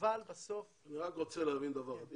אני רוצה להבין דבר אחד.